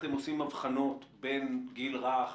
אתם עושים הבחנות בין הגיל הרך,